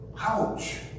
Ouch